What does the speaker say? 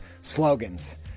slogans